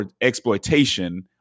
exploitation